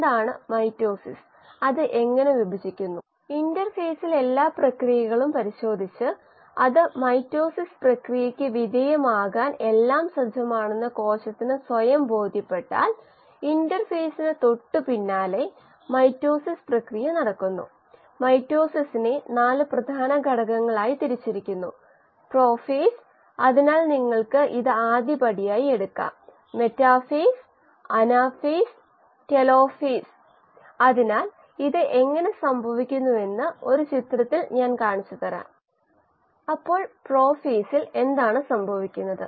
എന്തൊകെയാണ് അറിയുന്നത് അല്ലെങ്കിൽ നൽകിയിരിക്കുന്നത്